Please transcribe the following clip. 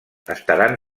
estaran